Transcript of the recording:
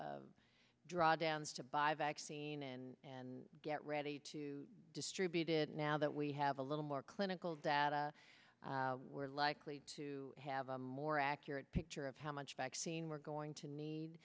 draw downs to buy vaccine in and get ready to distribute it now that we have a little more clinical data we're likely to have a more accurate picture of how much vaccine we're going to need